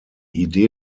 idee